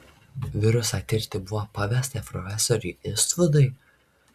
virusą tirti buvo pavesta profesoriui istvudui